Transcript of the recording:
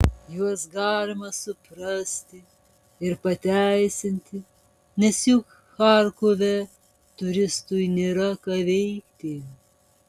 juos galima suprasti ir pateisinti nes juk charkove turistui nėra ką veikti